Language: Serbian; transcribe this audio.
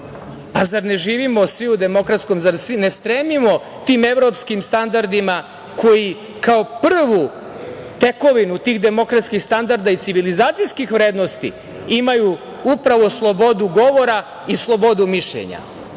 Pa, zar ne živimo svi u demokratskom, zar ne stremimo tim evropskim standardima koji kao prvu tekovinu tih demokratskih standarda i civilizacijskih vrednosti imaju upravo slobodu govora i slobodu mišljenja? Sada